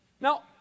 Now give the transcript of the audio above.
Now